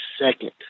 second